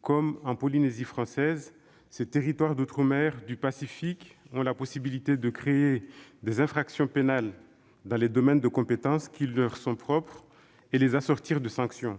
Comme la Polynésie française, ce territoire d'outre-mer du Pacifique a la possibilité de créer des infractions pénales dans les domaines de compétences qui leur sont propres et de les assortir de sanctions.